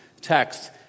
text